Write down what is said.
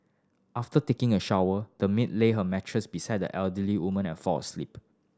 after taking a shower the maid laid her mattress beside the elderly woman and fell asleep